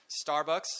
Starbucks